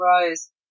Rose